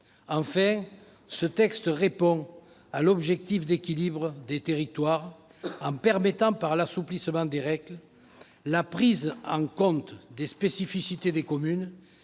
Enfin, ce texte répond à l'objectif d'équilibre des territoires en permettant, par l'assouplissement des règles, la prise en compte des spécificités des communes